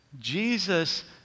Jesus